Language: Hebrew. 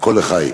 כה לחי.